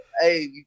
hey